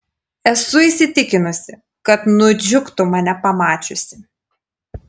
esu įsitikinusi kad nudžiugtų mane pamačiusi